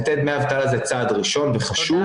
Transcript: לתת דמי אבטלה זה צעד ראשון וחשוב,